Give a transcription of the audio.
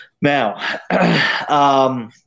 Now